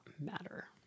matter